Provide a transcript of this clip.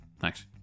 Thanks